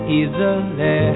easily